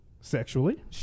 sexually